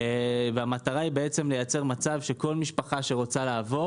והמטרה היא בעצם לייצר מצב שכל משפחה שרוצה לעבור